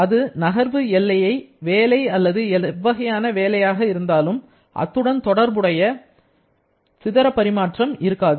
அது நகர்வு எல்லையை வேலை அல்லது எவ்வகையான வேலையாக இருந்தாலும் அத்துடன் தொடர்புடைய சிதற பரிமாற்றம் இருக்காது